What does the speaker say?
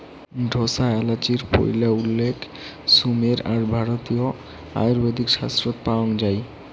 ঢোসা এ্যালাচির পৈলা উল্লেখ সুমের আর ভারতীয় আয়ুর্বেদিক শাস্ত্রত পাওয়াং যাই